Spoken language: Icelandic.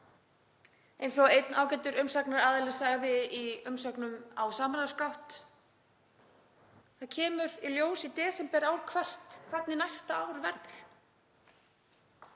Eins og einn ágætur umsagnaraðili sagði í umsögn á samráðsgátt: Það kemur í ljós í desember ár hvert hvernig næsta ár verður.